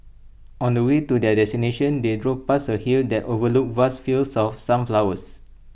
on the way to their destination they drove past A hill that overlooked vast fields of sunflowers